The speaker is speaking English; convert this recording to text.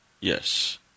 Yes